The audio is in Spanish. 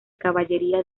caballería